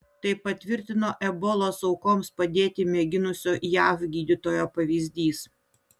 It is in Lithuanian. tai patvirtino ebolos aukoms padėti mėginusio jav gydytojo pavyzdys